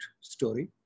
story